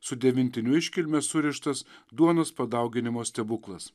su devintinių iškilme surištas duonos padauginimo stebuklas